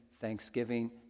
thanksgiving